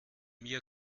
mir